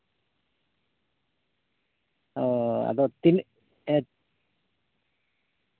ᱚᱻ ᱟᱫᱚ ᱛᱤᱱ ᱛᱤᱱᱟᱹᱜ